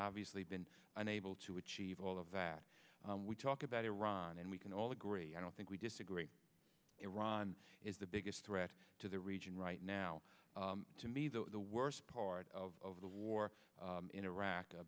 obviously been unable to achieve all of that we talk about iran and we can all agree i don't think we disagree iran is the biggest threat to the region right now to me though the worst part of the war in iraq